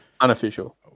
Unofficial